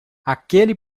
aquele